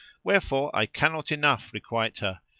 wherefor i cannot enough requite her,